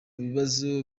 bibazo